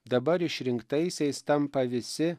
dabar išrinktaisiais tampa visi